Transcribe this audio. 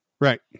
Right